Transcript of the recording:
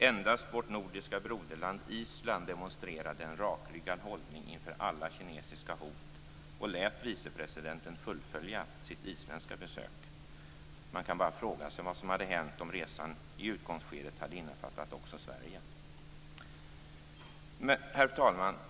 Endast vårt nordiska broderland Island demonstrerade en rakryggad hållning inför alla kinesiska hot och lät vicepresidenten fullfölja sitt isländska besök. Man kan bara fråga sig vad som hade hänt om resan i utgångsskedet hade innefattat också Herr talman!